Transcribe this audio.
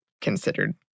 considered